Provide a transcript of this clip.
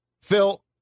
Phil